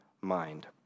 mind